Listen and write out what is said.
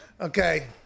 okay